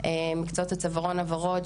מקצועות הצווארון הוורוד,